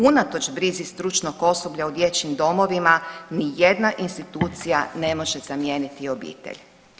Unatoč brizi stručnog osoblja u dječjim domovima, nijedna institucija ne može zamijeniti obitelj.